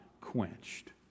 quenched